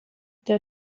der